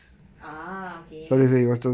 ah K